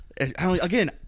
Again